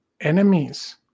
enemies